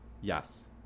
yes